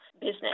business